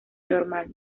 normal